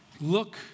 Look